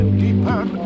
deeper